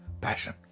passion